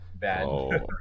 bad